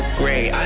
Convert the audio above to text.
great